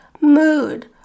mood